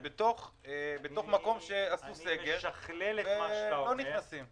בתוך מקום שבו עשו סגר ולא נכנסים אליו לקוחות.